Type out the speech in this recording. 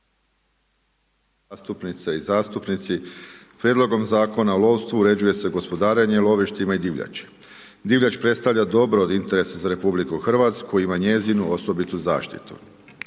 zastupnice i zastupnici. Prijedlogom Zakona o lovstvu, uređuju se gospodarenje lovišta i divljači. Divljač predstavlja dobro interes za RH ima njezinu osobitu zaštitu.